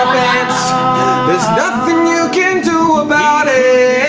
pants there's nothing you can do about it